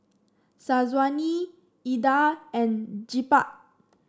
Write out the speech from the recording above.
Syazwani Indah and Jebat